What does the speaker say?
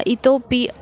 इतोऽपि